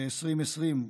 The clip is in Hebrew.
ב-2020,